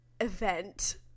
event